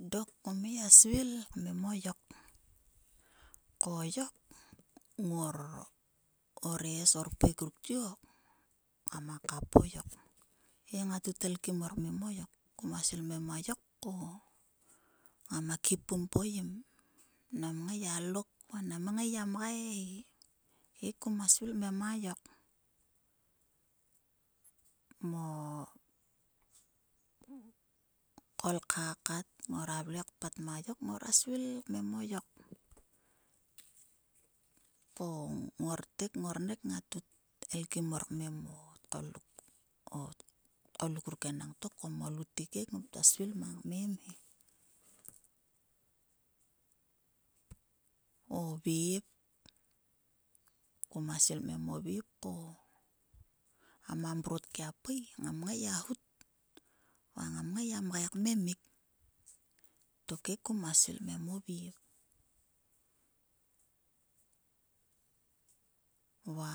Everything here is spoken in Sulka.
Dok kam ngai gia svil kmem o yok. ko yok ngores orpeik ruk tiak ngama kap o yok he ngat kut el kim mor kmem o yok. Koma svil kmem o yok ko ngama khipum po yim yim nam ngai gia lok va nam ngai gia mgai he, he ko ma svil kmem a yok. Mo kolkha kat ngora vle kpat mo yok ngora svil kmem o yok. ko ngartek. ngornek ngat kut elkim mor kmem o tgoluk. O tgoluk ruk ko mo lutek he ngom ktua svil kmem he. O vep. kuma svil kmem o vep ko ngama mrot kia pui ngam ngai gia hut. va ngam ngai gia mgaikmemik. Tolhe kuma svil kmem o vep. Va